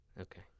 Okay